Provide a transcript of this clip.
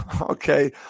Okay